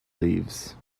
leaves